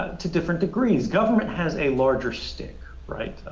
to different degrees. government has a larger stick, right,